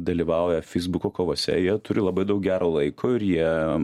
dalyvauja feisbuko kovose jie turi labai daug gero laiko ir jie